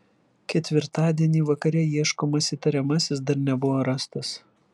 ketvirtadienį vakare ieškomas įtariamasis dar nebuvo rastas